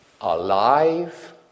alive